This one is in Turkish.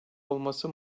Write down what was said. olması